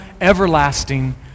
Everlasting